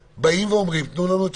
הם אומרים, תנו לנו את